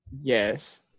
Yes